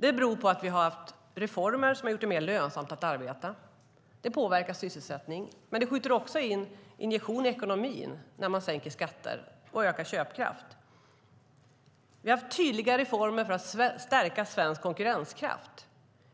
Det beror på att vi har haft reformer som har gjort det mer lönsamt att arbeta. Det påverkar sysselsättningen. Men det är också injektioner i ekonomin när man sänker skatter och ökar köpkraft. Vi har haft tydliga reformer för att stärka svensk konkurrenskraft.